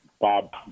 Bob